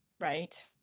Right